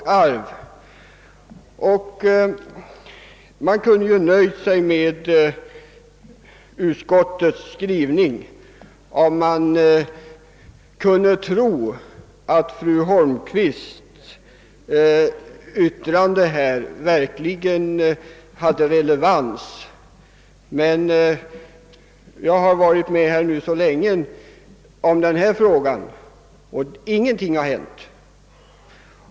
Jag skulle ha kunnat nöja mig med utskottets skrivning, om jag hade trott att fru Holmqvists yttrande här verkligen hade relevans. Men jag har så länge varit med om behandlingen av denna fråga, och ingenting har hänt.